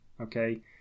okay